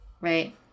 right